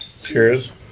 Cheers